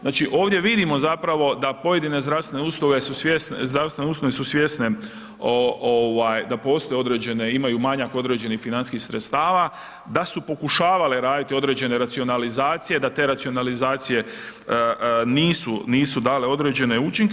Znači ovdje vidimo zapravo da pojedine zdravstvene ustanove su svjesne da postoje određene, imaju manjak određenih financijskih sredstava, da su pokušavale raditi određene racionalizacije, da te racionalizacije nisu dale određene učinke.